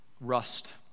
rust